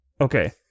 Okay